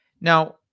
Now